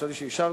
חשבתי שאישרת.